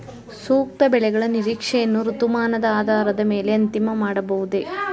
ಸೂಕ್ತ ಬೆಳೆಗಳ ನಿರೀಕ್ಷೆಯನ್ನು ಋತುಮಾನದ ಆಧಾರದ ಮೇಲೆ ಅಂತಿಮ ಮಾಡಬಹುದೇ?